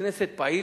בית-כנסת פעיל,